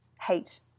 hate